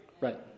right